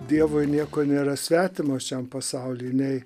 dievui nieko nėra svetimo šiam pasauly nei